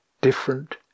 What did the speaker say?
different